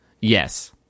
Yes